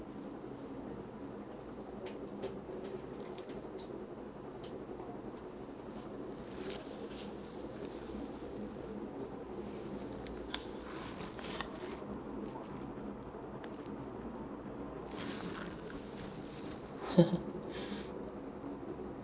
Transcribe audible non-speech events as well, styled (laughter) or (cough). (laughs)